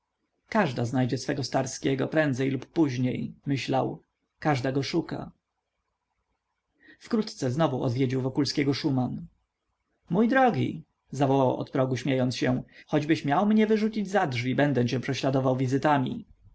każda znajdzie swego starskiego prędzej lub później myślał każda go szuka wkrótce znowu odwiedził wokulskiego szuman mój drogi zawołał od progu śmiejąc się choćbyś miał mnie wyrzucić za drzwi będę cię prześladował wizytami